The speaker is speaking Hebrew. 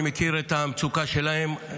אני מכיר את המצוקה שלהם,